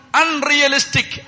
unrealistic